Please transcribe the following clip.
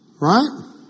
Right